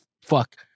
fuck